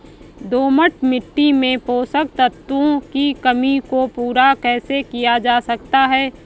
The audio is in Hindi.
दोमट मिट्टी में पोषक तत्वों की कमी को पूरा कैसे किया जा सकता है?